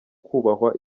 kubahwa